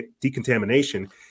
decontamination